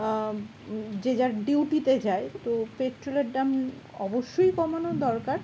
যে যার ডিউটিতে যায় তো পেট্রোলের দাম অবশ্যই কমানো দরকার